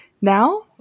Now